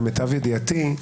למיטב ידיעתי,